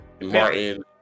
Martin